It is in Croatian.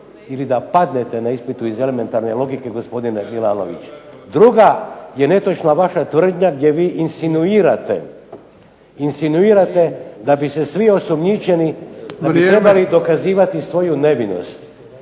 ili da padnete na ispitu elementarne logike gospodine Milanoviću. Druga je vaša netočna tvrdnja gdje vi insinuirate da bi se svi osumnjičeni trebali dokazivati svoju nevinost.